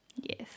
yes